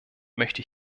möchte